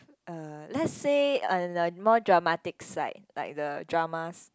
uh let's say on the more dramatic side like the dramas